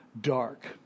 dark